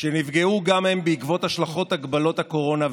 שנפגעו גם הם בעקבות השלכות הגבלות הקורונה,